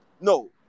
no